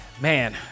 man